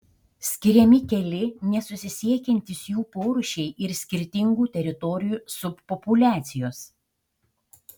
skiriami keli nesusisiekiantys jų porūšiai ir skirtingų teritorijų subpopuliacijos